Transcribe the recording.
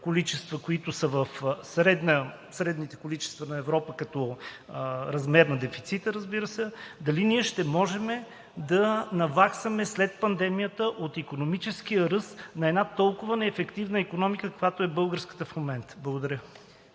количества, средните количества на Европа като размер на дефицита, разбира се, ще можем да наваксаме след пандемията от икономическия ръст на една толкова неефективна икономика, каквато е българската в момента? Благодаря.